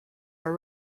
are